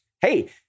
hey